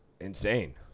insane